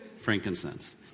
Frankincense